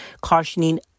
cautioning